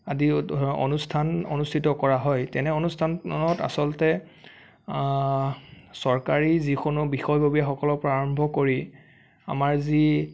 আদিও অনুষ্ঠান অনুষ্ঠিত কৰা হয় তেনে অনুষ্ঠানত আচলতে চৰকাৰী যিকোনো বিষয়ববীয়াৰ পৰা আৰম্ভ কৰি আমাৰ যি